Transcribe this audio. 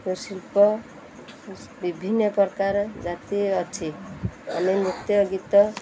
ଶିଳ୍ପ ବିଭିନ୍ନ ପ୍ରକାର ଜାତି ଅଛି ଆମେ ନୃତ୍ୟ ଗୀତ